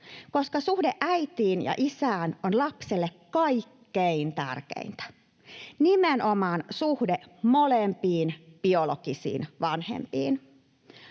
koska suhde äitiin ja isään on lapselle kaikkein tärkeintä, nimenomaan suhde molempiin biologisiin vanhempiin,